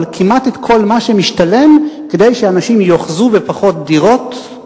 אבל כמעט את כל מה שמשתלם כדי שאנשים יאחזו בפחות דירות,